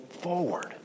forward